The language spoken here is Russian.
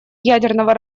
ядерного